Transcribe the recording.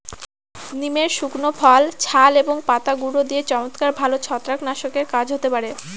নিমের শুকনো ফল, ছাল এবং পাতার গুঁড়ো দিয়ে চমৎকার ভালো ছত্রাকনাশকের কাজ হতে পারে